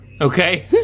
Okay